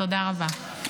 תודה רבה.